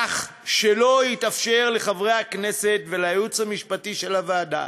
כך שלא התאפשר לחברי הכנסת ולייעוץ המשפטי של הוועדה